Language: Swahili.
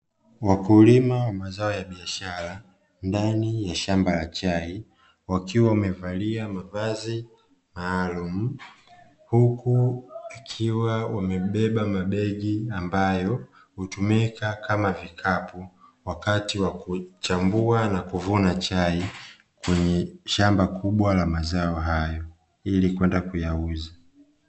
Wakulima wa mazao ya biashara, ndani ya shamba la chai, wakiwa wamevalia mavazi maalumu, huku ikiwa wamebeba mabegi ambayo, hutumika kama vikapu wakati wa kuchambua na kuvuna chai, kwenye shamba kubwa la mazao hayo ili kwenda kuyauza.